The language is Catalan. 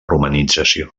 romanització